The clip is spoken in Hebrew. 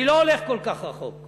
אני לא הולך כל כך רחוק,